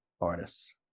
artists